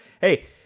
Hey